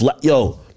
yo